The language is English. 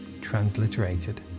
transliterated